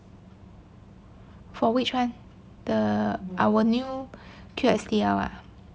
for which one the our new Q_S_T_L